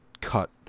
cut